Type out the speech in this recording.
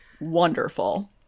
Wonderful